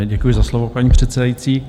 Děkuji za slovo, paní předsedající.